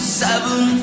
seven